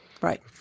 right